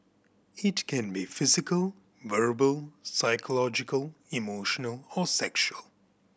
it can be physical verbal psychological emotional or sexual